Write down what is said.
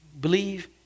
Believe